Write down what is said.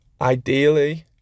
ideally